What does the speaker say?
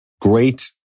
great